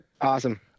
Awesome